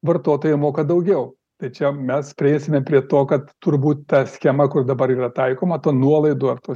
vartotojai moka daugiau tai čia mes prieisime prie to kad turbūt ta schema kur dabar yra taikoma ta nuolaidų ar to